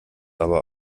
aber